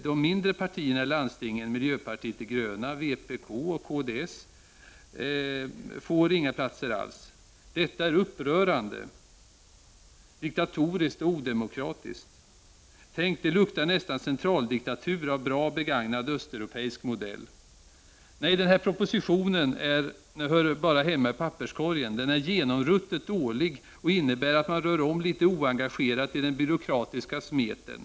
De mindre partierna i landstingen, miljöpartiet de gröna, vpk och kds, får inga platser alls. Detta är upprörande, diktatoriskt och odemokratiskt. Tänk, det luktar nästan centraldiktatur av bra begagnad östeuropeisk modell! Nej, den här propositionen hör bara hemma i papperskorgen. Den är genomruttet dålig och innebär att man rör om litet oengagerat i den byråkratiska smeten.